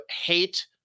hate